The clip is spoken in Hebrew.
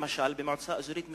למשל במועצה האזורית משגב.